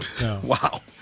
Wow